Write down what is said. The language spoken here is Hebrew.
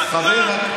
אתה שקרן.